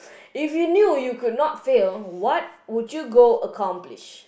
if you knew you could not fail what would you go accomplish